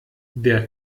der